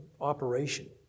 operation